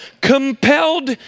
compelled